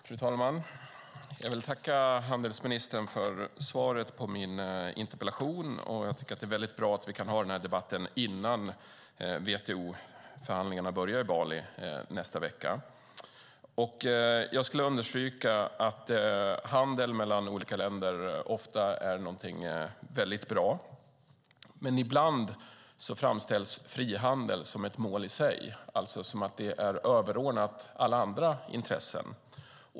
Fru talman! Jag tackar handelsministern för svaret på min interpellation. Det är bra att vi kan ha den här debatten innan WTO-förhandlingarna på Bali börjar nästa vecka. Jag vill understryka att handel mellan olika länder ofta är någonting väldigt bra. Men ibland framställs frihandel som ett mål i sig, överordnat alla andra intressen.